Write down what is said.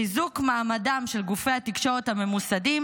חיזוק מעמדם של גופי התקשורת הממוסדים